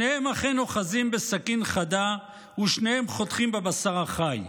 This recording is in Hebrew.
שניהם אכן אוחזים בסכין חדה ושניהם חותכים בבשר החי,